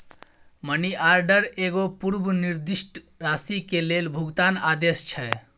money order एगो पूर्व निर्दिष्ट राशि के लेल भुगतान आदेश छै